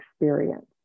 experience